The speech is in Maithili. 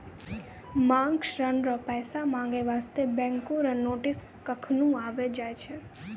मांग ऋण रो पैसा माँगै बास्ते बैंको रो नोटिस कखनु आबि जाय छै